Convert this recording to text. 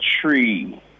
tree